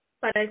Para